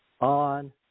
on